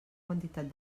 quantitat